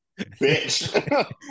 bitch